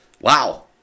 Wow